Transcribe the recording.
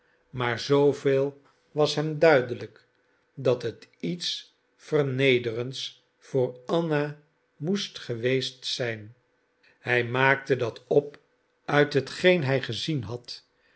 maar zooveel was hem duidelijk dat het iets vernederends voor anna moest geweest zijn hij maakte dat op uit hetgeen hij gezien had